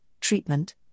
treatment